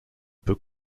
peut